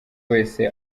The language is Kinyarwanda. wese